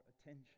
attention